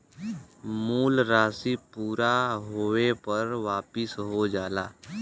मूल राशी समय पूरा होये पर वापिस हो जाला